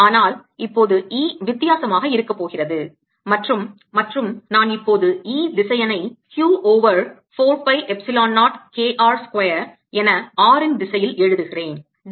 ஆனால் இப்போது E வித்தியாசமாக இருக்கப்போகிறது மற்றும் நான் இப்போது E திசையன் ஐ Q over 4 pi epsilon 0 K r square என r இன் திசையில் எழுதுகிறேன்